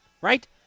right